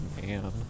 man